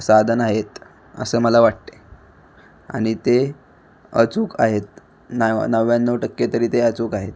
साधन आहेत असे मला वाटते आणि ते अचूक आहेत नाव नव्याण्णव टक्के तरी ते अचूक आहेत